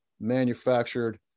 manufactured